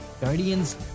Guardians